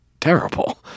terrible